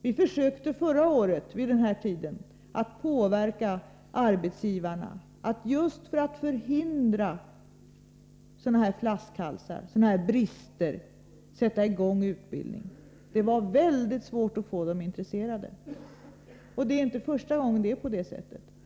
Vi försökte förra året vid den här tiden att påverka arbetsgivarna att just för att förhindra sådana här flaskhalsar, sådana här brister, sätta i gång utbildning. Det var mycket svårt att få dem intresserade. Det är inte första gången det är på det sättet.